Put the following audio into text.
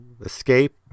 escape